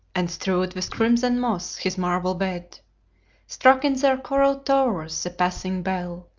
and strewed with crimson moss his marble bed struck in their coral towers the passing bell,